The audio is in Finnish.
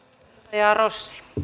arvoisa rouva